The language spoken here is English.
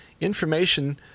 information